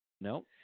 No